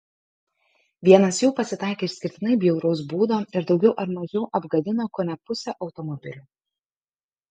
vienas jų pasitaikė išskirtinai bjauraus būdo ir daugiau ar mažiau apgadino kone pusę automobilių